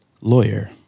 Lawyer